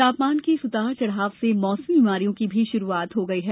तापमान के इस उतार चढ़ाव से मौसमी बीमारियों की भी शुरूआत हो गई है